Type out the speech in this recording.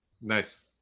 Nice